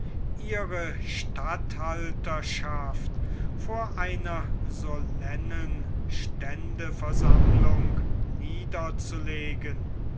ihre statthalterschaft vor einer solennen ständeversammlung niederzulegen